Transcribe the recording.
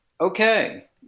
okay